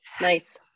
Nice